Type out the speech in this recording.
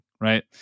Right